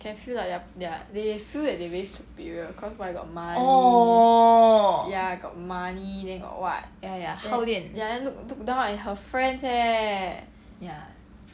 can feel like they're there they feel that they very superior cause why got money ya got money then got what ya then look down at her friends eh